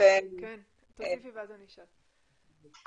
לוודא שלא תהיינה התחייבויות בכרטיס לפני שיש את ההסכמה ביד.